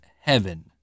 heaven